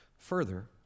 Further